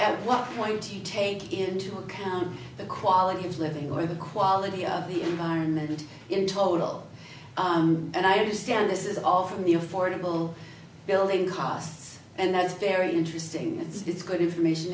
one point you take into account the quality of living or the quality of the environment in total and i understand this is all from the affordable building costs and that is very interesting it's good information